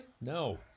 No